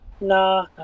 Nah